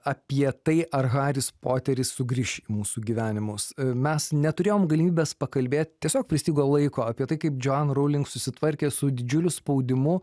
apie tai ar haris poteris sugrįš į mūsų gyvenimus mes neturėjom galimybės pakalbėt tiesiog pristigo laiko apie tai kaip joanne rowling susitvarkė su didžiuliu spaudimu